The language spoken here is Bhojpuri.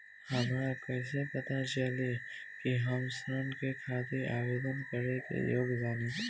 हमरा कइसे पता चली कि हम ऋण के खातिर आवेदन करे के योग्य बानी?